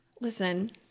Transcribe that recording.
Listen